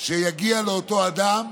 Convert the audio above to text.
שיגיע לאותו אדם,